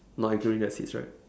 no actually there's six right